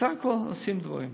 אז סך הכול עשינו דברים.